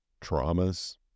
traumas